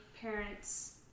parents